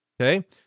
okay